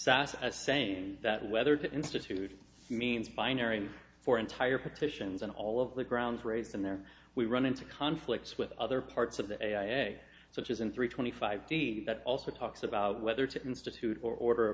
sas as saying that whether to institute means binary for entire petitions and all of the grounds raised in there we run into conflicts with other parts of the day such as in three twenty five d that also talks about whether to institute or order